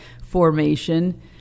formation